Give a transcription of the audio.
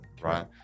right